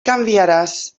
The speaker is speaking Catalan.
canviaràs